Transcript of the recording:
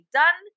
done